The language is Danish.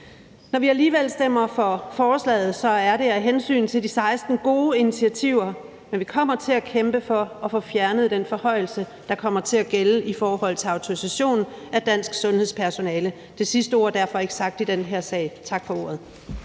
Når vi alligevel stemmer for forslaget, er det af hensyn til de 16 gode initiativer, men vi kommer til at kæmpe for at få fjernet den forhøjelse, der kommer til at gælde i forhold til autorisation af dansk sundhedspersonale. Det sidste ord er derfor ikke sagt i den her sag. Tak for ordet.